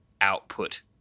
output